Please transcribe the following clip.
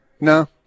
No